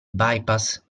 bypass